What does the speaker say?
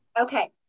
Okay